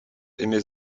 aimez